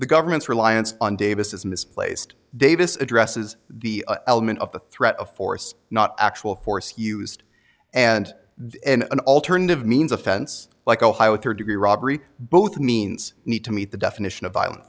the government's reliance on davis is misplaced davis addresses the element of the threat of force not actual force used and in an alternative means offense like ohio with third degree robbery both means need to meet the definition of violent